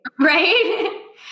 Right